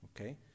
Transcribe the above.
okay